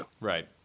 Right